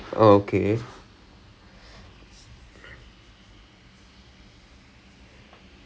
ya I mean like இங்க இருக்கிறே:inga irukkirae doctors க்கு:kku half the time in our session right it's about